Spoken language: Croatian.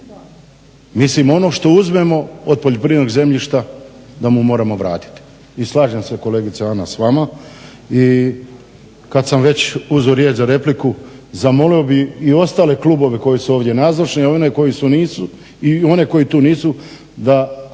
mislim ono što uzmemo od poljoprivrednog zemljišta da mu moramo vratiti i slažem se kolegice Ana s vama i kad sam uzeo veće riječ za repliku zamolio bih i ostale klubove koji su ovdje nazočni a one koji tu nisu da